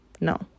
No